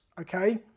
okay